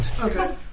Okay